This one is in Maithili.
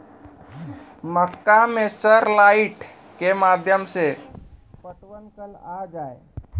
मक्का मैं सर लाइट के माध्यम से पटवन कल आ जाए?